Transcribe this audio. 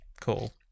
cool